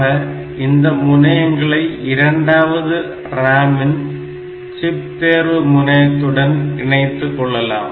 ஆக இந்த முனையங்களை இரண்டாவது RAM இன் சிப் தேர்வு முனையத்துடன் இணைத்துக்கொள்ளலாம்